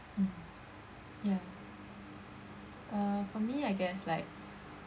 mm ya uh for me I guess like